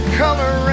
color